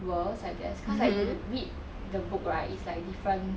worlds I guess cause like you read the book right is like different